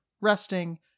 resting